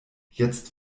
jetzt